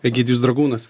egidijus dragūnas